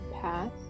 path